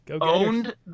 owned